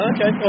Okay